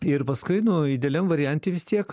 ir paskui nu idealiam variante vis tiek